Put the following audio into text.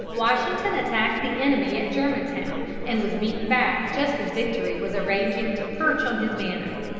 washington attacked the enemy at germantown, and was beaten back just as victory was arranging to perch on his banner.